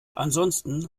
ansonsten